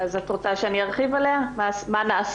אז את רוצה שאני ארחיב עליה, מה נעשה?